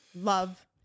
love